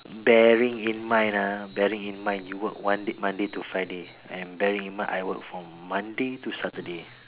bearing in mind ah bearing in mind you work one Monday to Friday and bearing in mind I work from Monday to Saturday